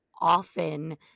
often